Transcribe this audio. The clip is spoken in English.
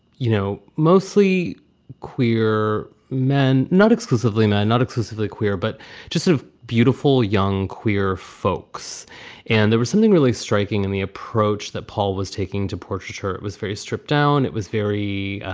you know, mostly queer men, not exclusively men, not exclusively queer, but just a beautiful young queer folks and there was something really striking in the approach that paul was taking to portraiture. it was very stripped down. it was very